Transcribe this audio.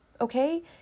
okay